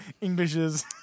Englishes